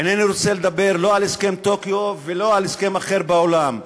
אינני רוצה לדבר לא על הצהרת טוקיו ולא על הסכם אחר בעולם,